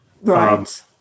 Right